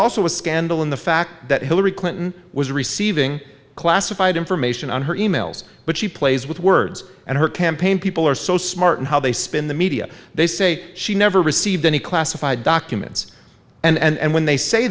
also a scandal in the fact that hillary clinton was receiving classified information on her e mails but she plays with words and her campaign people are so smart how they spin the media they say she never received any classified documents and when they say